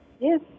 Yes